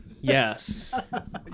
Yes